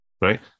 Right